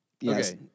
Yes